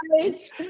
right